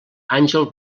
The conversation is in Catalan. àngel